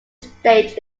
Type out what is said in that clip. stage